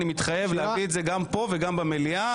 אני מתחייב להביא את זה לפה וגם למליאה,